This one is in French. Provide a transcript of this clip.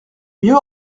mieux